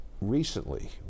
Recently